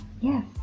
Yes